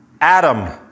Adam